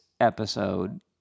episode